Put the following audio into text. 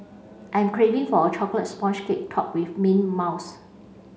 I am craving for a chocolate sponge cake topped with mint mouse